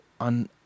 on